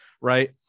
Right